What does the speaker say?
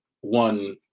one